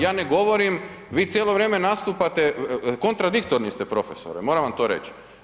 Ja ne govorim, vi cijelo vrijeme nastupate, kontradiktorni ste profesore, moram vam to reć.